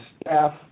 staff